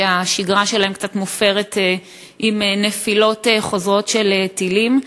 שהשגרה שלהם קצת מופרת עם נפילות חוזרות של טילים.